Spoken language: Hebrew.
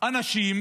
אנשים